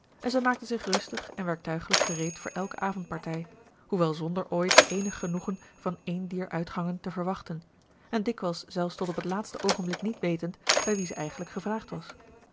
en zij maakte zich rustig en werktuigelijk gereed voor elke avondpartij hoewel zonder ooit eenig genoegen van een dier uitgangen te verwachten en dikwijls zelfs tot op het laatste oogenblik niet wetend bij wie ze eigenlijk gevraagd was